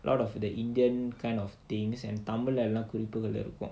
lot of the indian kind of things and தமிழ்ல எல்லாம் குறிப்புக்கள் இருக்கும்:tamilla ellaam kurippugal irukkum